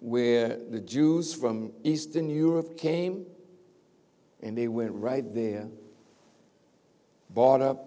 where the jews from eastern europe came and they went right there bought up